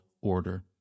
order